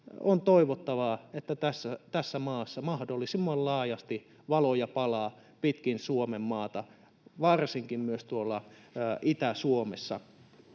on toivottavaa, että tässä maassa mahdollisimman laajasti valoja palaa pitkin Suomenmaata, varsinkin myös tuolla Itä-Suomessa.